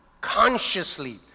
Consciously